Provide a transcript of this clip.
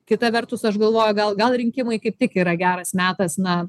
kita vertus aš galvoju gal gal rinkimai kaip tik yra geras metas na